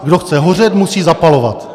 Kdo chce hořet, musí zapalovat.